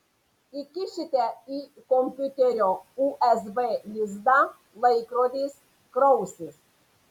įkišite į kompiuterio usb lizdą laikrodis krausis